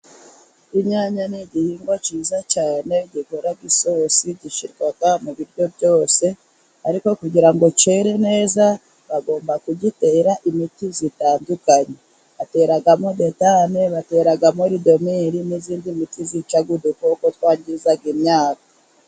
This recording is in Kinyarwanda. Inyanya ni igihingwa cyiza cyane, gikora isosi. Gishyirwa mu biryo byose. Ariko kugira ngo cyere neza, bagomba kugitera imiti itandukanye. Bateramo detane, bateramo rodomiri n'izindi miti yica udukoko twangiza imyaka.